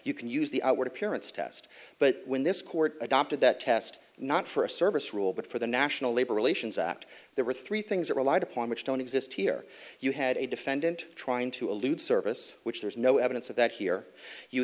you can use the outward appearance test but when this court adopted that test not for a service rule but for the national labor relations act there were three things that relied upon which don't exist here you had a defendant trying to elude service which there is no evidence of that here you